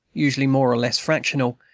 usually more or less fractional,